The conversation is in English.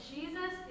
Jesus